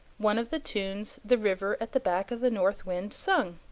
one of the tunes the river at the back of the north wind sung.